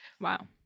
Wow